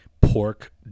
pork